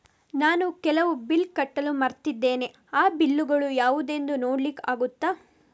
ನಾನು ಕೆಲವು ಬಿಲ್ ಕಟ್ಟಲು ಮರ್ತಿದ್ದೇನೆ, ಆ ಬಿಲ್ಲುಗಳು ಯಾವುದೆಂದು ನೋಡ್ಲಿಕ್ಕೆ ಆಗುತ್ತಾ?